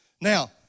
Now